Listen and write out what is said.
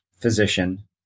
physician